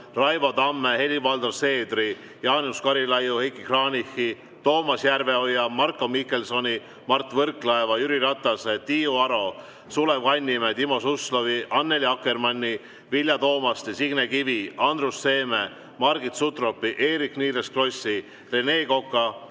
Raivo Tamme, Helir-Valdor Seederi, Jaanus Karilaiu, Heiki Kranichi, Toomas Järveoja, Marko Mihkelsoni, Mart Võrklaeva, Jüri Ratase, Tiiu Aro, Sulev Kannimäe, Timo Suslovi, Annely Akkermanni, Vilja Toomasti, Signe Kivi, Andrus Seeme, Margit Sutropi, Eerik-Niiles Krossi, Rene Koka,